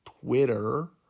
Twitter